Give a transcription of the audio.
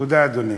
תודה, אדוני.